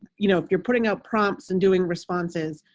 you know you're putting out prompts and doing responses.